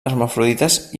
hermafrodites